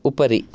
उपरि